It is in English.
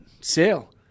Sale